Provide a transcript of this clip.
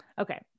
Okay